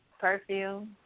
perfume